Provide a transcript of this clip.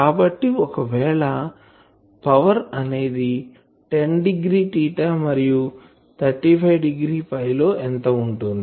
కాబట్టి ఒకవేళ పవర్ అనేది 10 డిగ్రీ మరియు 35 డిగ్రీ లో ఎంత ఉంటుంది